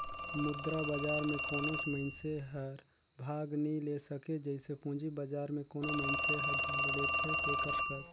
मुद्रा बजार में कोनोच मइनसे हर भाग नी ले सके जइसे पूंजी बजार में कोनो मइनसे हर भाग लेथे तेकर कस